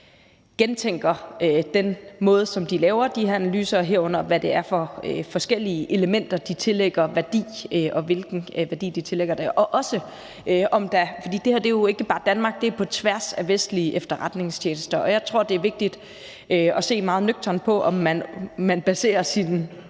gentænker den måde, som de laver de her analyser på, herunder hvad det er for forskellige elementer, de tillægger værdi, og hvilken værdi de tillægger det. Og det her er jo ikke bare Danmark, det er på tværs af vestlige efterretningstjenester, og jeg tror, det er vigtigt at se meget nøgternt på, om man baserer sine